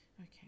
Okay